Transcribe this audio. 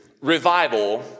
revival